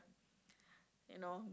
you know